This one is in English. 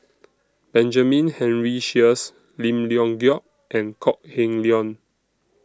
Benjamin Henry Sheares Lim Leong Geok and Kok Heng Leun